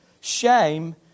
Shame